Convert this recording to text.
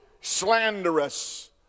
slanderous